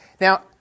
Now